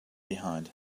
behind